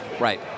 Right